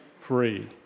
free